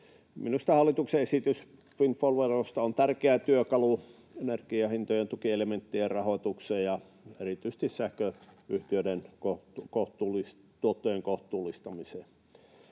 Minusta hallituksen esitys windfall-verosta on tärkeä työkalu energianhintojen tukielementtien rahoitukseen ja erityisesti sähköyhtiöiden tuottojen kohtuullistamiseen.